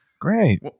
Great